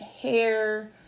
hair